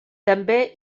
també